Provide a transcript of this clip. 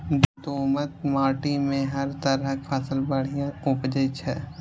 दोमट माटि मे हर तरहक फसल बढ़िया उपजै छै